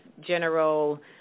general